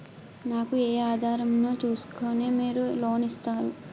నాకు ఏ ఆధారం ను చూస్కుని మీరు లోన్ ఇస్తారు?